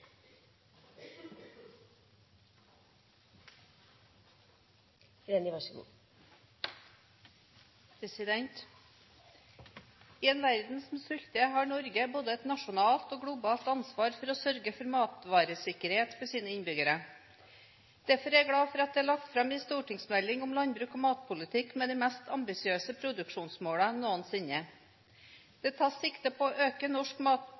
I en verden som sulter, har Norge både et nasjonalt og et globalt ansvar for å sørge for matvaresikkerhet for sine innbyggere. Derfor er jeg glad for at det er lagt fram en stortingsmelding om landbruk og matpolitikk med de mest ambisiøse produksjonsmålene noensinne. Det tas sikte på å øke norsk